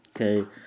okay